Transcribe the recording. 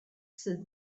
sydd